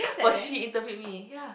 while she interviewed me ya